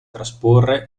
trasporre